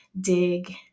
dig